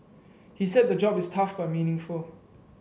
he said the job is tough but meaningful